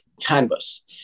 canvas